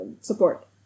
support